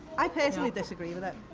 i personally disagree with it,